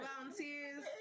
volunteers